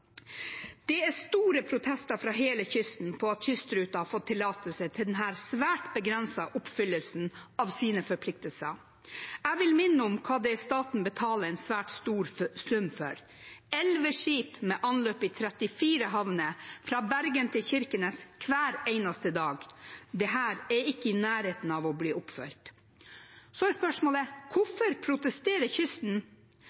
Det er store protester fra hele kysten mot at kystruten har fått tillatelse til denne svært begrensede oppfyllelsen av sine forpliktelser. Jeg vil minne om hva det er staten betaler en svært stor sum for: 11 skip med anløp i 34 havner fra Bergen til Kirkenes hver eneste dag. Dette er ikke i nærheten av å bli oppfylt. Hvorfor protesterer kysten? Fordi det knapt er